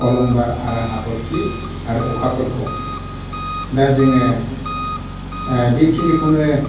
अलंबार आरो हाथरखि आरो अखाफोरखौ दा जोङो ओ बेखिनिखौनो